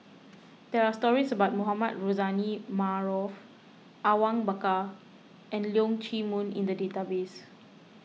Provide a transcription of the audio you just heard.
there are stories about Mohamed Rozani Maarof Awang Bakar and Leong Chee Mun in the database